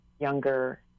younger